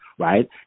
right